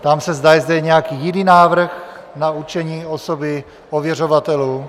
Ptám se, zda je zde nějaký jiný návrh na určení osoby ověřovatelů.